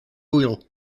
wheel